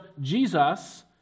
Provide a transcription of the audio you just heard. Jesus